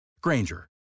Granger